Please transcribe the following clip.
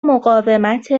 مقاومت